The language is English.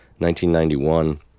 1991